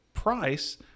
price